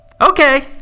Okay